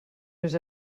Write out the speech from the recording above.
més